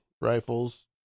rifles